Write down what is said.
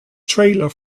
trailer